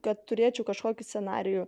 kad turėčiau kažkokį scenarijų